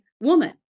woman